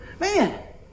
Man